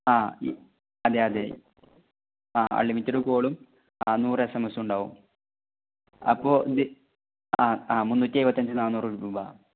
ആ അതെ അതെ ആ അൻലിമിറ്റിഡ് കോളും ആ നൂറ് എസ് എം എസും ഉണ്ടാവും അപ്പോൾ ഇത് ആ ആ മുന്നൂറ്റി എഴുപത്തഞ്ച് നാന്നൂറ് രൂപ